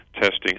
testing